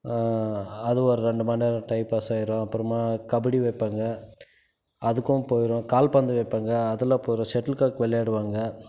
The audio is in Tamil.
அது ஓரு ரெண்டு மணி நேரம் டைம்பாஸ் ஆகிரும் அப்புறமா கபடி வைப்பாங்க அதுக்கும் போய்ரும் கால்பந்து வைப்பாங்க அதில் போய்ரும் செட்டில்காக் விளையாடுவாங்க